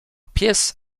pies